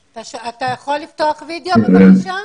אתה שמעת את הדיון עד כה?